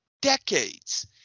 decades